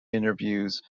interviews